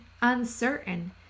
uncertain